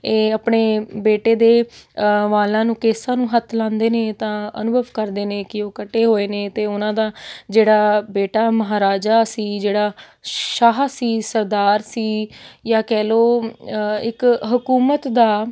ਇਹ ਆਪਣੇ ਬੇਟੇ ਦੇ ਵਾਲਾਂ ਨੂੰ ਕੇਸਾਂ ਨੂੰ ਹੱਥ ਲਾਉਂਦੇ ਨੇ ਤਾਂ ਅਨੁਭਵ ਕਰਦੇ ਨੇ ਕਿ ਉਹ ਕੱਟੇ ਹੋਏ ਨੇ ਅਤੇ ਉਹਨਾਂ ਦਾ ਜਿਹੜਾ ਬੇਟਾ ਮਹਾਰਾਜਾ ਸੀ ਜਿਹੜਾ ਸ਼ਾਹ ਸੀ ਸਰਦਾਰ ਸੀ ਜਾਂ ਕਹਿ ਲਉ ਇੱਕ ਹਕੂਮਤ ਦਾ